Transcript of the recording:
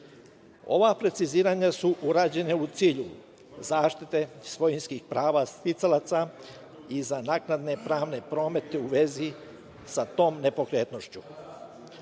Ova preciziranja su urađena u cilju zaštite svojinskih prava sticalaca i za naknadne pravne promete u vezi sa tom nepokretnošću. Takođe,